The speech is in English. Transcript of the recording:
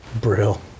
Brill